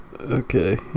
Okay